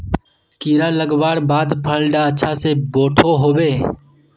कीड़ा लगवार बाद फल डा अच्छा से बोठो होबे?